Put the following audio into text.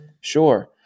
sure